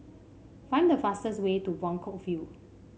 find the fastest way to Buangkok View